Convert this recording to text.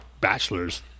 bachelors